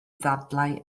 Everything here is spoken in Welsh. ddadlau